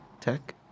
Tech